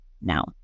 now